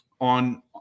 on